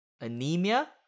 anemia